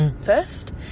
first